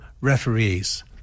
referees